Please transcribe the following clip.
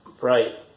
right